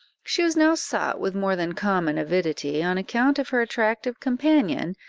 she was now sought with more than common avidity, on account of her attractive companion,